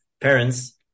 parents